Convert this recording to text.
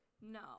No